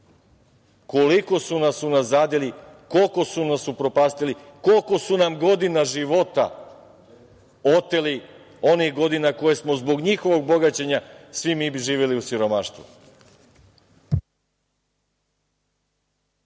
koliko su nas unazadili, koliko su nas upropastili, koliko su nam godina života oteli, onih godina koje smo zbog njihovog bogaćenja svi mi živeli u siromaštvu.